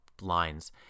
lines